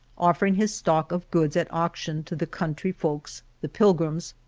offering his stock of goods at auction to the country folks, the pilgrims,